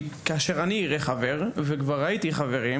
כי כאשר אני אראה חבר וכבר ראיתי חברים,